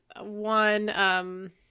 one